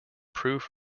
proof